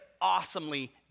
awesomely